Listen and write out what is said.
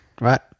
right